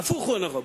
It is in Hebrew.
ההיפך הוא הנכון.